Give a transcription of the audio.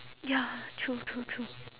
ya true true true